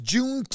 June